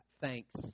Thanks